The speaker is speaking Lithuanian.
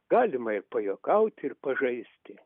galima ir pajuokauti ir pažaisti